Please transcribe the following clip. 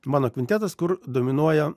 mano kvintetas kur dominuoja